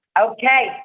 Okay